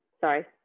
sorry